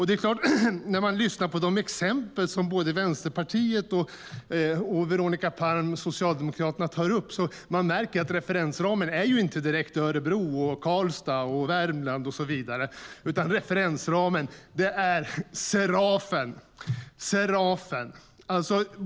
Det är klart att när man lyssnar på de exempel som både Vänsterpartiet och Veronica Palm från Socialdemokraterna tar upp märker man att referensramen inte direkt är Örebro, Karlstad eller Värmland, utan referensramen är Serafen.